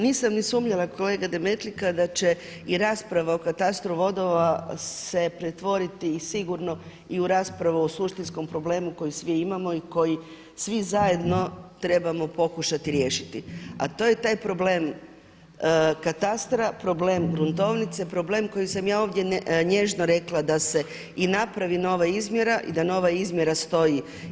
Nisam ni sumnjala kolega Demetlika da će i rasprava o katastru vodova se pretvoriti sigurno i u raspravu o suštinskom problemu koji svi imamo i koji svi zajedno trebamo pokušati riješiti, a to je taj problem katastra, problem gruntovnice, problem koji sam ja ovdje nježno rekla da se i napravi nova izmjera i da nova izmjera stoji.